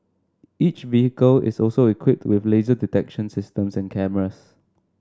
each vehicle is also equipped with laser detection systems and cameras